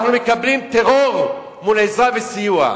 אנחנו מקבלים טרור מול עזרה וסיוע.